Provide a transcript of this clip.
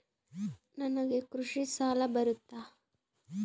ನನಗೆ ಕೃಷಿ ಸಾಲ ಬರುತ್ತಾ?